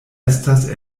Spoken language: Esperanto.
estas